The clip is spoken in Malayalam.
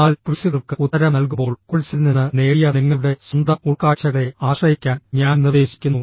എന്നാൽ ക്വിസുകൾക്ക് ഉത്തരം നൽകുമ്പോൾ കോഴ്സിൽ നിന്ന് നേടിയ നിങ്ങളുടെ സ്വന്തം ഉൾക്കാഴ്ചകളെ ആശ്രയിക്കാൻ ഞാൻ നിർദ്ദേശിക്കുന്നു